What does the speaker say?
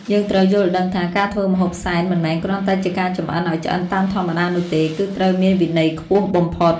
យើងត្រូវយល់ដឹងថា ការធ្វើម្ហូបសែនមិនមែនគ្រាន់តែជាការចម្អិនឱ្យឆ្អិនតាមធម្មតានោះទេ គឺត្រូវមានវិន័យខ្ពស់បំផុត។